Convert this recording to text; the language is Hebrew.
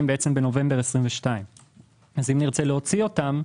בנובמבר 2022 ואז אם נרצה להוציא אותם,